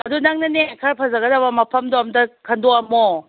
ꯑꯗꯨ ꯅꯪꯅꯅꯦ ꯈꯔ ꯐꯖꯒꯗꯕ ꯃꯐꯝꯗꯣ ꯑꯝꯇ ꯈꯟꯗꯣꯛꯑꯝꯃꯣ